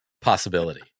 possibility